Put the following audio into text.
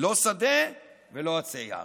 לא שדה ולא עצי יער.